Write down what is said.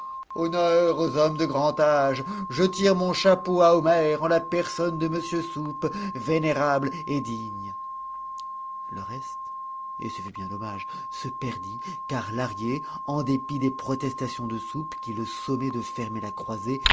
honneur aux hommes de grand âge je tire mon chapeau à homère en la personne de m soupe vénérable et digne le reste et ce fut bien dommage se perdit car lahrier en dépit des protestations de soupe qui le sommait de fermer la croisée